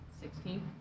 Sixteen